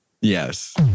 Yes